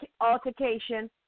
altercation